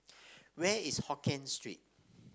where is Hokien Street